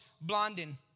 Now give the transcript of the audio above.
Blondin